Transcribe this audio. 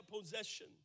possession